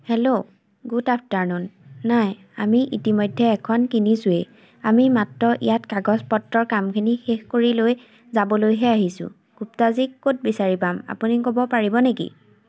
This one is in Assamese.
হেল্ল' গুড আফটাৰনুন নাই আমি ইতিমধ্যে এখন কিনিছোৱেই আমি মাত্ৰ ইয়াত কাগজ পত্ৰৰ কামখিনি শেষ কৰি লৈ যাবলৈহে আহিছোঁ গুপ্তাজীক ক'ত বিচাৰি পাম আপুনি ক'ব পাৰিব নেকি